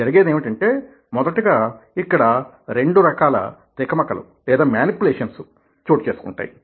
జరిగేది ఏమిటంటే మొదటగా ఇక్కడ రెండు రకాల తికమకలు మేనిప్యులేషన్స్చోటుచేసుకుంటాయి